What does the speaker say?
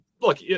look